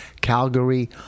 Calgary